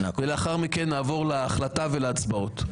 ולאחר מכן נעבור להחלטה ולהצבעות.